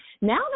now